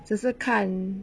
只是看